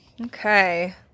Okay